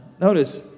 notice